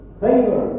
favor